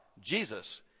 Jesus